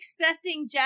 accepting